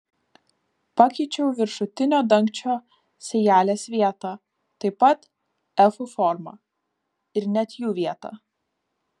pakeičiau viršutinio dangčio sijelės vietą taip pat efų formą ir net jų vietą